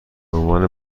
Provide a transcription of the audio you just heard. عنوان